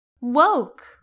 woke